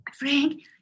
Frank